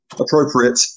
Appropriate